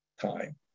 time